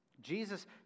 Jesus